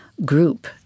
group